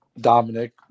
Dominic